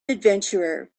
adventurer